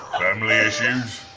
family issues?